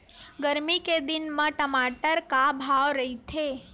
गरमी के दिन म टमाटर का भाव रहिथे?